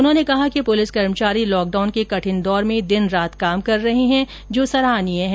उन्होंने कहा कि पुलिस कर्मचारी लॉकडाउन के कठिन दौर में दिन रात काम कर रह हैं जो सराहनीय है